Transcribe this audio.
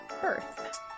birth